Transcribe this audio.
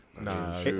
Nah